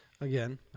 again